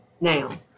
now